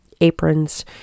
aprons